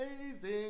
amazing